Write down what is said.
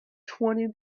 twenty